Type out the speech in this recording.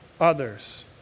others